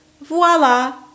Voila